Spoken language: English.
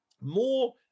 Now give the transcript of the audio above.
more